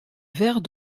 vert